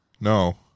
No